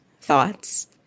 thoughts